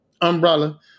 Umbrella